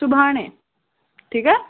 सुभाणे ठीकु आहे